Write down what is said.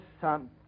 son